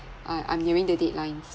I I'm nearing the deadlines